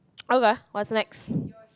okay what's next